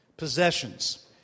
possessions